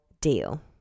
deal